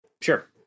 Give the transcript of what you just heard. Sure